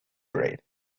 grade